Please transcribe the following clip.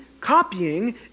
copying